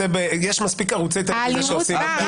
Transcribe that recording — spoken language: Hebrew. יש מספיק ערוצי טלוויזיה שעושים את זה.